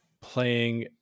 playing